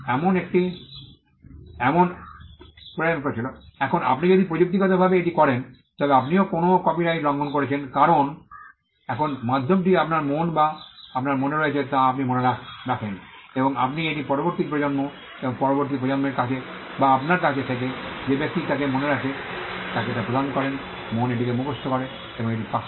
এখন আপনি যদি প্রযুক্তিগতভাবে এটি করেন তবে আপনি কোনও কপিরাইট লঙ্ঘন করছেন কারণ এখন মাধ্যমটি আপনার মন যা আপনার মনে রয়েছে তা আপনি মনে রাখেন এবং আপনি এটি পরবর্তী প্রজন্ম এবং পরবর্তী প্রজন্মের কাছে বা আপনার কাছ থেকে যে ব্যক্তি তাকে মনে রাখে তাকে তা প্রদান করেন মন এটিকে মুখস্থ করে এবং এটি পাস করে